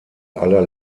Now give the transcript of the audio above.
aller